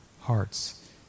hearts